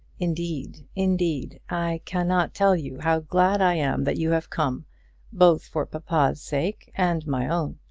indeed, indeed, i cannot tell you how glad i am that you have come both for papa's sake and my own.